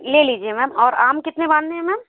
ले लीजिए मैम और आम कितने बाँधने हैं मैम